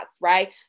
right